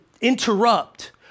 interrupt